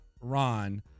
Ron